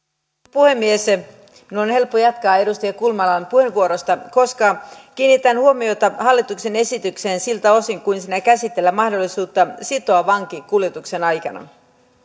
puhemies minun on helppo jatkaa edustaja kulmalan puheenvuorosta koska kiinnitän huomiota hallituksen esitykseen siltä osin kuin siinä käsitellään mahdollisuutta sitoa vanki kuljetuksen